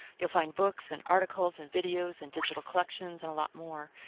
you'll find books and articles and videos and digital collections and a lot more.